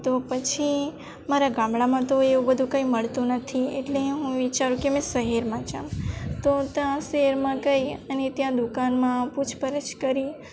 તો પછી મારા ગામડામાં તો એવું બધું કંઈ મળતું નથી એટલે હું વિચારું કે મેં શહેરમાં જાઉં તો ત્યાં શહેરમાં ગઈ અને ત્યાં દુકાનમાં પૂછપરછ કરી